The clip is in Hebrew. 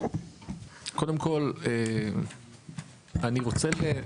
קודם כל, אני רוצה,